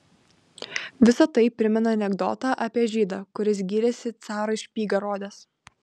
visa tai primena anekdotą apie žydą kuris gyrėsi carui špygą rodęs